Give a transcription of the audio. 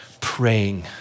praying